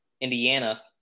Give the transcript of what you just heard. Indiana